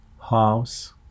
house